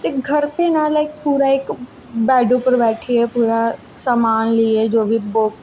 ते घर पे ना लाईक इक बैड उप्पर बैठियै समान लैइयै जो बी बुक